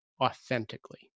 authentically